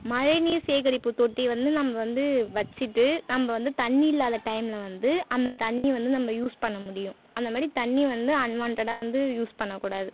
மழைநீர் சேகரிப்பு தொட்டி வந்து நம்ம வந்து வச்சுட்டு நம்ம வந்து தண்ணி இல்லாத டைமில் வந்து அந்த தண்ணி வந்து நம்ம யூஸ் பண்ண முடியும் அந்த மாதிரி தண்ணி வந்து அன்வான்டடாக வந்து யூஸ் பண்ணக்கூடாது